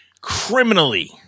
Criminally